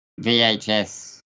VHS